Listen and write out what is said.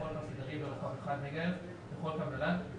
לכל פס תדרים ברוחב 1 מגה-הרץ בכל קו נל"ן,